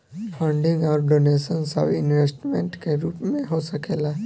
funding अउर donation सब investment के रूप में हो सकेला